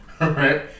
right